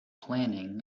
planning